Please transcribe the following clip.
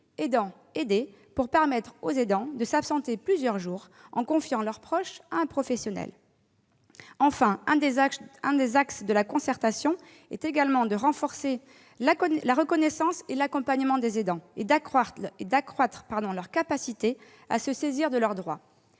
aidants-aidés pour permettre aux aidants de s'absenter plusieurs jours, en confiant leur proche à un professionnel. Enfin, l'un des axes de la concertation vise également à renforcer la reconnaissance et l'accompagnement des aidants et à accroître leur capacité à se saisir de leurs droits.